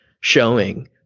showing